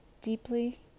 deeply